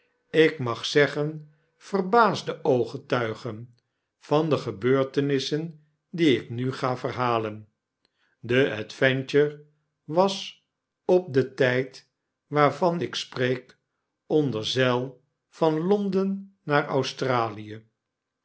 ik mag zeggen verbaasde ooggetuigen van de gebeurfcenissen die ik nu ga verhalen de adventure was op den tijd waarvan ik spreek onder zeil van l